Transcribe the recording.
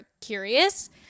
curious